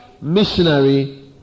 missionary